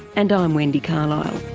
and i'm wendy carlisle